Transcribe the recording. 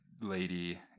lady